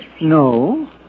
No